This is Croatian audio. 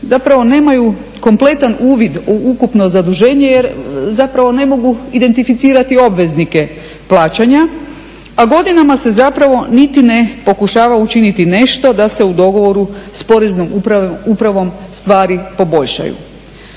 zapravo nemaju kompletan uvid u ukupno zaduženje jer zapravo ne mogu identificirati obveznike plaćanja, a godinama se zapravo niti ne pokušava učiniti nešto da se u dogovoru s poreznom upravom stvari poboljšaju.